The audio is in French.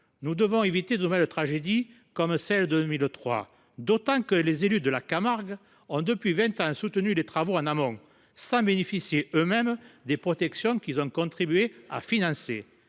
nous devons éviter de nouvelles tragédies comme celles de 2003, d’autant que les élus de la Camargue ont, depuis vingt ans, soutenu les travaux en amont, sans bénéficier eux mêmes des protections qu’ils ont contribué à financer.